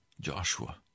Joshua